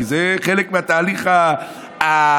כי זה חלק מהתהליך הדמוקרטי.